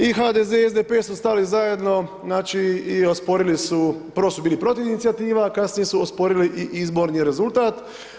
I HDZ i SDP su stali zajedno, znači, i osporili su, prvo su bili protiv Inicijativa, kasnije su osporili i izborni rezultat.